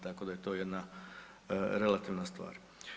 Tako da je to jedna relativna stvar.